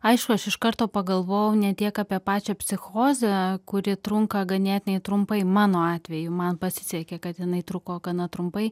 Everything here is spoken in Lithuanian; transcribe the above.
aišku aš iš karto pagalvojau ne tiek apie pačią psichozę kuri trunka ganėtinai trumpai mano atveju man pasisekė kad jinai truko gana trumpai